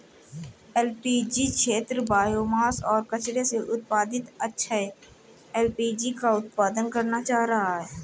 LPG क्षेत्र biomass और कचरे से उत्पादित अक्षय एल.पी.जी का उत्पादन करना चाह रहा है